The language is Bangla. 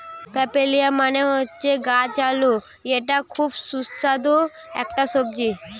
পার্পেলিয়াম মানে হচ্ছে গাছ আলু এটা খুব সুস্বাদু একটা সবজি